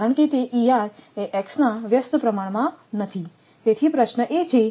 કારણ કે તે નથી તેથી પ્રશ્ન એ છે